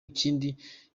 ikindi